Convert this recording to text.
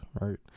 right